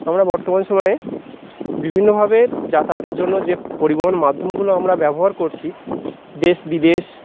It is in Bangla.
আমরা বর্তমান সময়ে বিভিন্নভাবে যাতায়াতের জন্য যে পরিবহন মাধ্যমগুলো আমরা ব্যবহার করছি দেশ বিদেশ